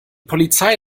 polizei